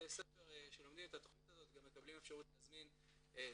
בתי ספר שלומדים את התוכנית הזאת גם מקבלים אפשרות להזמין זמרים,